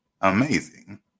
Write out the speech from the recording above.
amazing